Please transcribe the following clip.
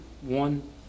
one